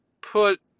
put